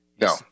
No